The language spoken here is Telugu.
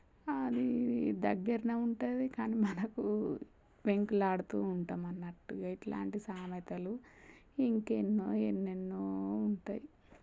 అది దగ్గరనే ఉంటుంది కానీ మనకు వెంకులాడుతూ ఉంటామన్నట్టు ఇట్లాంటి సామెతలు ఇంకెన్నో ఎన్నెన్నో ఉంటాయి